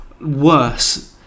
worse